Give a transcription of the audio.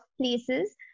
places